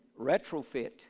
retrofit